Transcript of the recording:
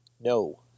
No